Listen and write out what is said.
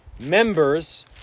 members